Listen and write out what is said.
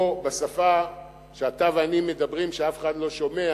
או בשפה שאתה ואני מדברים כשאף אחד לא שומע,